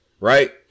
right